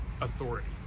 authority